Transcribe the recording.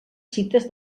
cites